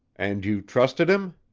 and you trusted him?